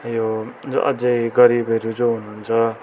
यो जो अझै गरिबहरू जो हुनुहुन्छ